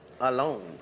alone